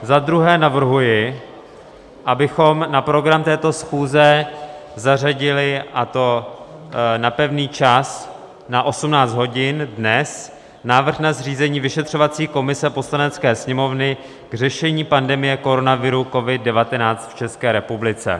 Za druhé navrhuji, abychom na program této schůze zařadili, a to na pevný čas, na 18 hodin dnes, návrh na zřízení vyšetřovací komise Poslanecké sněmovny k řešení pandemie koronaviru COVID19 v České republice.